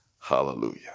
hallelujah